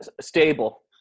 stable